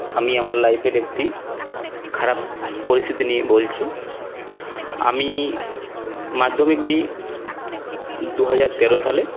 আমি আমার লাইফের একটি খারাপ পরিস্থিতি নিয়ে বলছি আমি মাধ্যমিক দিই দুহাজার তেরো সালে